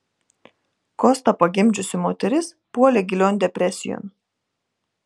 kostą pagimdžiusi moteris puolė gilion depresijon